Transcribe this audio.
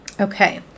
okay